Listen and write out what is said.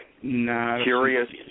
Curious